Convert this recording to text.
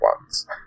ones